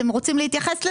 אתם רוצים להתייחס לזה?